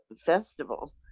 festival